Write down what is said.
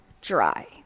dry